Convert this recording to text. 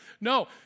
No